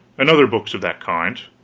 and other books of that kind,